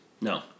no